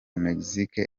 mexique